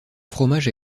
fromage